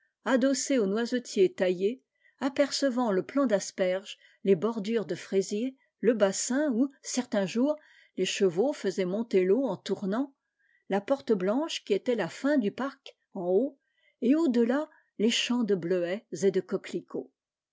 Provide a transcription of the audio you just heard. adossé aux noisetiers taillés apercevant le plant d'asperges les bordures de fraisiers le bassin où certains jours les chevaux faisaient monter l'eau en tournant la porte blanche qui était la fin du parc en haut et au delà les champs de bleuets et de coquelicots